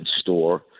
store